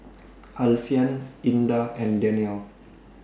Alfian Indah and Danial